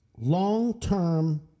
long-term